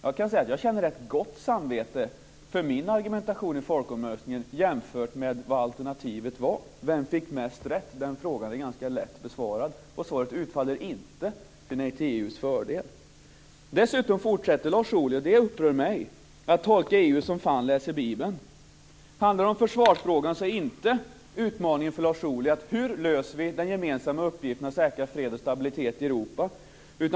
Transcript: Jag kan säga att jag känner ganska gott samvete för min argumentation i folkomröstningen jämfört med vad alternativet var. Vem fick mest rätt? Den frågan är ganska lätt besvarad. Och svaret utfaller inte till Nej till EU:s fördel. Dessutom fortsätter Lars Ohly, vilket upprör mig, att tolka EU som fan läser bibeln. Om det handlar om försvarsfrågan så är utmaningen för Lars Ohly inte att ställa frågan om hur vi löser den gemensamma uppgiften att säkra fred och stabilitet i Europa.